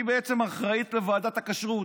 היא אחראית לוועדת הכשרות.